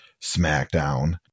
SmackDown